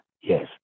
yes